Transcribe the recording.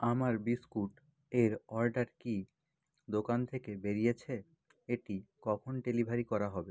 আমার বিস্কুট এর অর্ডার কি দোকান থেকে বেরিয়েছে এটি কখন ডেলিভারি করা হবে